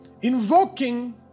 invoking